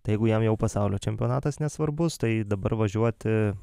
tai jeigu jam jau pasaulio čempionatas nesvarbus tai dabar važiuoti